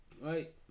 Right